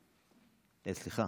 סליחה,